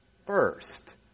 First